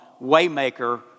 Waymaker